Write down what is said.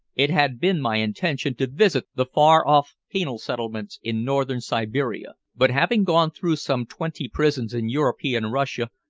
it had been my intention to visit the far-off penal settlements in northern siberia, but having gone through some twenty prisons in european russia,